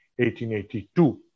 1882